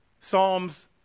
Psalms